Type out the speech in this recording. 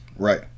right